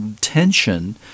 tension